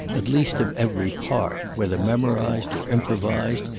at least of every part, whether memorised or improvised,